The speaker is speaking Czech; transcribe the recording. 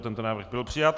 Tento návrh byl přijat.